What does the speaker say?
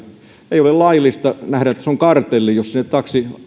ei ole laillista nähdään että se on kartelli jos sinne